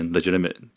Legitimate